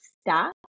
stop